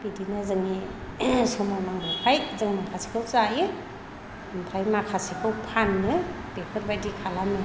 बिदिनो जोंनि सोलिनांगौखाय जों माखासेखौ जायो ओमफ्राय माखासेखौ फानो बेफोरबायदि खालामो